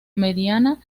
mediana